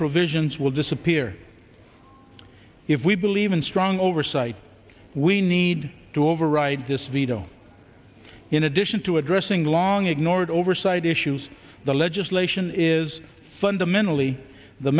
provisions will disappear if we believe in strong oversight we need to override this veto in addition to addressing long ignored oversight issues the legislation is fundamentally the